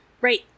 right